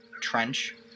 Trench